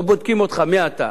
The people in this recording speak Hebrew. לא בודקים אותך מי אתה,